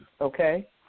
okay